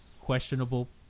questionable